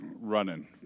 running